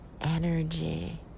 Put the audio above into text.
energy